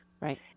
Right